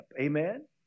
Amen